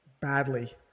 Badly